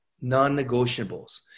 non-negotiables